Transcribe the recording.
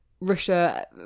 Russia